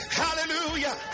Hallelujah